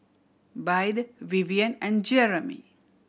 Byrd Vivien and Jeremy